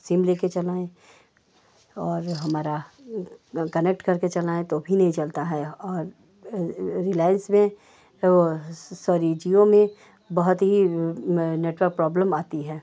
SIM लेकर चलाएँ और हमारा कनेक्ट करके चलाएँ तो भी नहीं चलता है और रिलायन्स में वह सॉरी जिओ में बहुत ही नेटवर्क प्रॉब्लम आती है